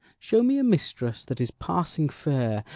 show me a mistress that is passing fair,